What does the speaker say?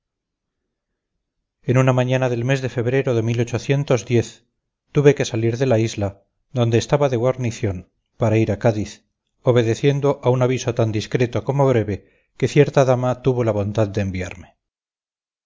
en una mañana del mes de febrero de tuve que salir de la isla donde estaba de guarnición para ir a cádiz obedeciendo a un aviso tan discreto como breve que cierta dama tuvo la bondad de enviarme